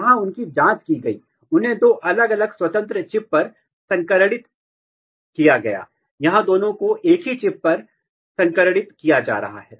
यहां उनकी जांच की गई उन्हें दो अलग अलग स्वतंत्र चिप्स पर संकरणित किया गया यहां दोनों को एक ही चिप पर संकरणित किया जा रहा है